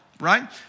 right